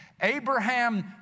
Abraham